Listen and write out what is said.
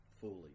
Fully